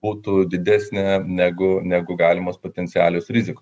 būtų didesnė negu negu galimos potencialios rizikos